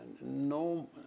no